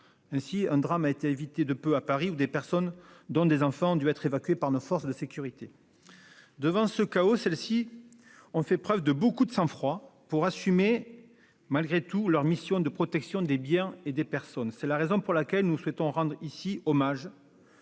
Ainsi, un drame a été évité de peu à Paris, où des personnes, notamment des enfants, ont dû être évacuées par nos forces de sécurité. Face à ce chaos, elles ont fait preuve d'un grand sang-froid pour assurer malgré tout leur mission de protection des biens et des personnes. C'est la raison pour laquelle nous souhaitons leur rendre hommage